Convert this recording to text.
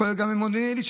כולל במודיעין עילית,